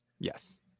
Yes